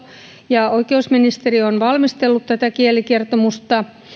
ja oikeusministeriö ovat valmistelleet tätä kielikertomusta